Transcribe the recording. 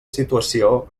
situació